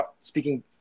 speaking